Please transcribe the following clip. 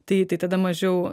tai tai tada mažiau